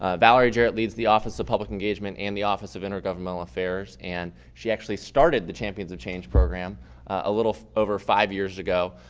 ah valerie jarrett leads the office of public engagement and the office of intergovernmental affairs and she actually started the champions of change program a little over five years ago.